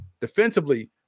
defensively